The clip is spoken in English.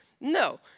no